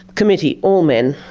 committee, all men,